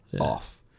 off